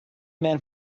man